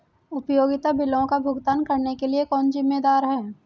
उपयोगिता बिलों का भुगतान करने के लिए कौन जिम्मेदार है?